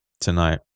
tonight